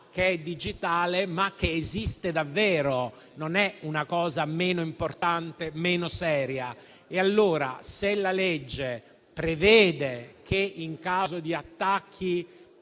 che è digitale, ma che esiste davvero, non è meno importante o meno seria. Allora, se la legge prevede che, in caso di attacchi